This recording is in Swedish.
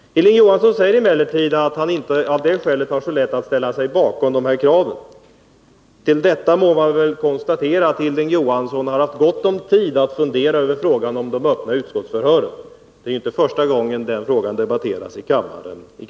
Hilding Johansson säger emellertid att han av det skälet inte har så lätt att ställa sig bakom kraven. Till detta må man väl konstatera att Hilding Johansson har haft gott om tid att fundera över frågan om de öppna utskottsförhören. Det är i kväll inte första gången den frågan debatteras i kammaren.